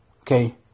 Okay